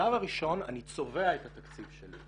בשלב הראשון אני צובע את התקציב שלי.